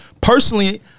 personally